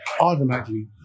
automatically